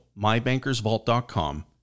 mybankersvault.com